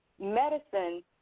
medicine